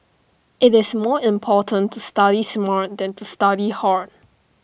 IT is more important to study smart than to study hard